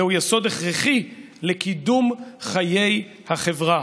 זהו יסוד הכרחי לקידום חיי החברה.